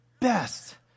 best